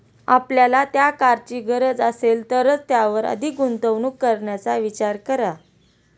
आपल्याला त्या कारची गरज असेल तरच त्यावर अधिक गुंतवणूक करण्याचा विचार करा